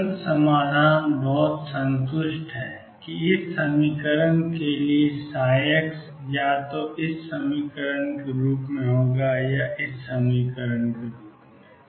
तुरंत समाधान बहुत स्पष्ट है कि इस समीकरण के लिए ψ या तो ei2mE2x या e i2mE2x होगा